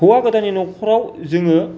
हौआ गोदाननि न'खराव जोङो